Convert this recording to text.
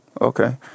Okay